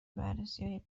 بررسیهای